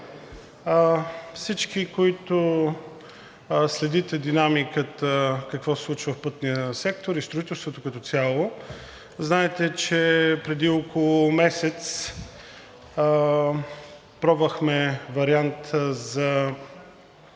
Всички, които следите динамиката какво се случва в пътния сектор и в строителството като цяло, знаете, че преди около месец пробвахме вариант, за